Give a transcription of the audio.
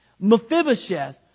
Mephibosheth